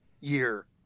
Year